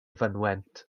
fynwent